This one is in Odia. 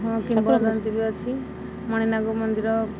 ହଁ କିମ୍ବଦନ୍ତୀ ବି ଅଛି ମଣିନାଗ ମନ୍ଦିର